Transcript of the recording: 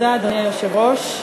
אדוני היושב-ראש,